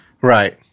Right